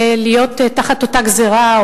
להיות תחת אותה גזירה,